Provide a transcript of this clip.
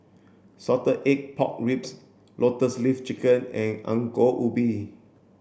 salted egg pork ribs lotus leaf chicken and Ongol Ubi